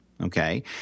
okay